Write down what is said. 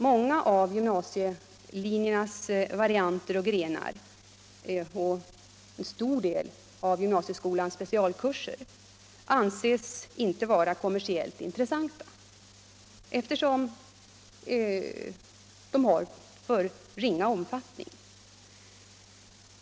Många av gymnasielinjernas varianter och grenar och en stor del av gymnasieskolans specialkurser anses inte vara kommersiellt intressanta, eftersom de har för ringa omfattning.